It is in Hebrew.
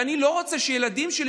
ואני לא רוצה שהילדים שלי,